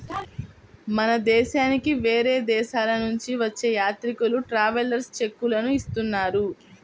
మన దేశానికి వేరే దేశాలనుంచి వచ్చే యాత్రికులు ట్రావెలర్స్ చెక్కులనే ఇస్తున్నారు